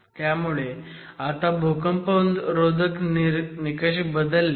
त्यामुळे आता भूकंपरोधक निकष बदलले